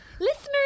listeners